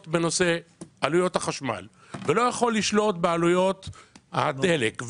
בעלויות החשמל ולא יכול לשלוט בעלויות הדלק,